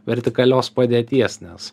vertikalios padėties nes